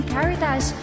Caritas